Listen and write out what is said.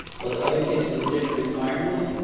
but other kids from a different environment,